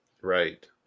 Right